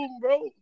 bro